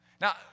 Now